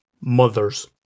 mothers